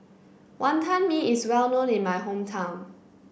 Wonton Mee is well known in my hometown